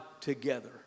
together